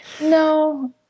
No